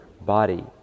body